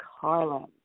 Carlin